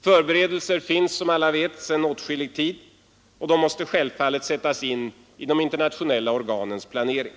Förberedelser finns, som alla vet, sedan åtskillig tid, och de måste självfallet sättas in i de internationella organens planering.